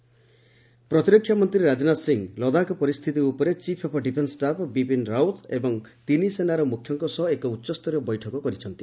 Rajnath Singh meeting ପ୍ରତିରକ୍ଷା ମନ୍ତ୍ରୀ ରାଜନାଥ ସିଂ ଲଦାଖ ପରିସ୍ଥିତି ଉପରେ chief of defence staff Bipin Rawat ଏବଂ ତିନି ସେନାର ମ୍ରଖ୍ୟଙ୍କ ସହ ଏକ ଉଚ୍ଚସ୍ତରୀୟ ବୈଠକ କରିଛନ୍ତି